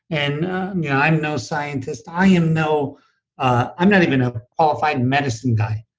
and yeah i'm no scientist, i am no i'm not even a qualified medicine guy.